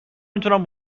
میتونم